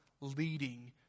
leading